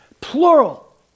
plural